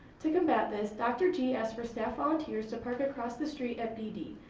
to combat this, dr. g. asked for staff volunteers to park across the street at bd.